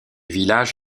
village